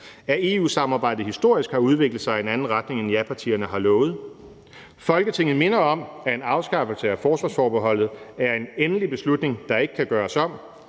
at EU-samarbejdet historisk har udviklet sig i en anden retning, end japartierne har lovet. Folketinget minder om, at en afskaffelse af forsvarsforbeholdet er en endelig beslutning, der ikke kan gøres om.